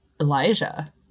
Elijah